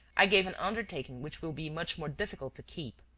i gave an undertaking which will be much more difficult to keep.